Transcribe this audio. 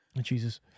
Jesus